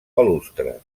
balustres